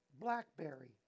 blackberry